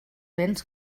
béns